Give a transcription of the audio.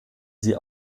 sie